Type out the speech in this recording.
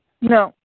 No